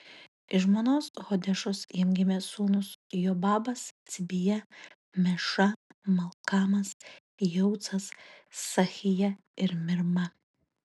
iš žmonos hodešos jam gimė sūnūs jobabas cibija meša malkamas jeucas sachija ir mirma